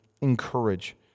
encourage